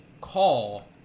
call